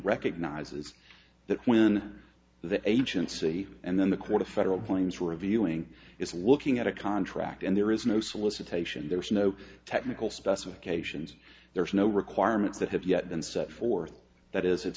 recognizes that when the agency and then the court of federal points reviewing is looking at a contract and there is no solicitation there's no technical specifications there's no requirements that have yet been set forth that is it's